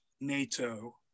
NATO